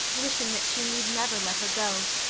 wishing that she need never let her go.